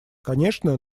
конечно